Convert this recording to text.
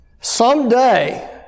Someday